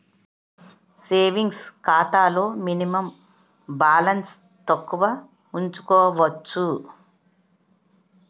savings ఖాతాలో minimum balance తక్కువ ఉంచుకోవచ్చు